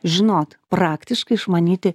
žinot praktiškai išmanyti